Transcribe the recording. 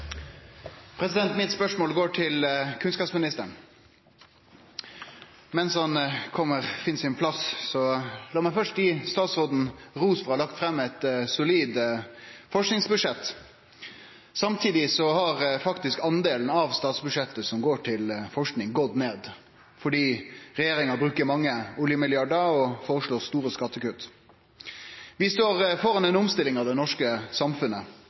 hovedspørsmål. Mitt spørsmål går til kunnskapsministeren. La meg først – mens han kjem på plass – gi statsråden ros for å ha lagt fram eit solid forskingsbudsjett. Samtidig har faktisk den delen av statsbudsjettet som går til forsking, gått ned fordi regjeringa bruker mange oljemilliardar og føreslår store skattekutt. Vi står framfor ei omstilling av det norske samfunnet,